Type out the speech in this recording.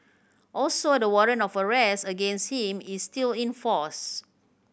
also the warrant of arrest against him is still in force